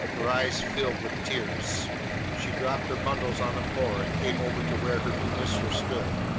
her eyes filled with tears she dropped her bundles on the floor, and came over to where her new mistress stood.